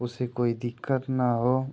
उसे कोई दिक्कत न हो